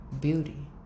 Beauty